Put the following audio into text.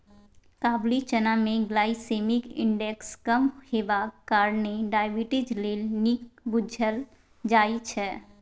काबुली चना मे glycemic index कम हेबाक कारणेँ डायबिटीज लेल नीक बुझल जाइ छै